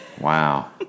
Wow